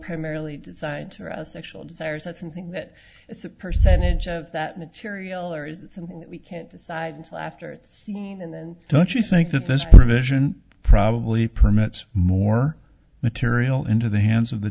desires that's something that is a percentage of that material or is it something that we can't decide until after the scene and then don't you think that this provision probably permits more material into the hands of the